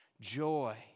joy